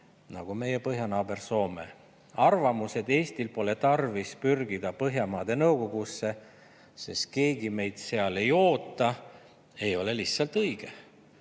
nagu on meie põhjanaaber Soome. Arvamus, et Eestil pole tarvis pürgida Põhjamaade Nõukogusse, sest keegi meid seal ei oota, ei ole lihtsalt õige.